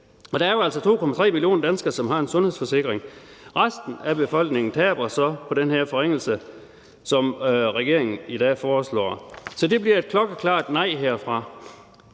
Der er jo altså 2,3 millioner danskere, som har en sundhedsforsikring. Resten af befolkningen taber så på den her forringelse, som regeringen i dag foreslår. Så det bliver et klokkeklart nej herfra.